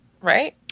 Right